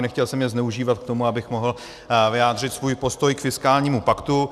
Nechtěl jsem je zneužívat k tomu, abych mohl vyjádřit svůj postoj k fiskálnímu paktu.